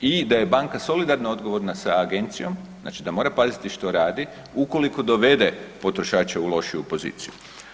I da je banka solidarno odgovorna sa Agencijom, znači da mora paziti što radi ukoliko dovede potrošača u lošiju poziciju.